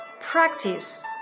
practice